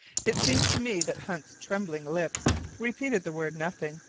it seemed to me that hunt's trembling lips repeated the word nothing,